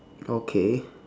okay